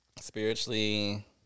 Spiritually